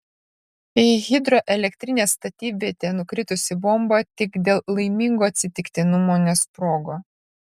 į hidroelektrinės statybvietę nukritusi bomba tik dėl laimingo atsitiktinumo nesprogo